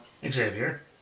Xavier